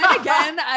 again